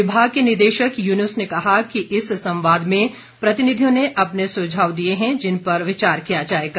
विभाग के निदेशक यूनुस ने कहा कि इस संवाद में प्रतिनिधियों ने अपने सुझाव दिए हैं जिन पर विचार किया जाएगा